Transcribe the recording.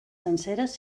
senceres